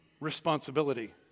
responsibility